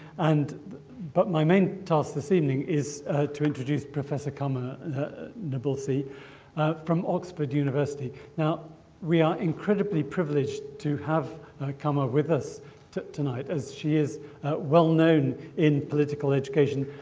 and but my main task this evening is to introduce professor karma nabulsi from oxford university. now we are incredibly privileged to have karma with us tonight as she is well known in political education.